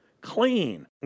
clean